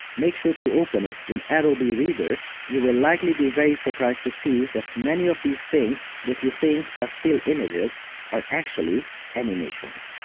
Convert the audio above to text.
make sure to open it in adobe reader you will likely be very surprised to see that many of these things that you think are still images are actually animations.